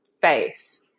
face